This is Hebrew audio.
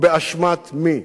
ובאשמת מי?